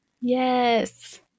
Yes